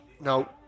now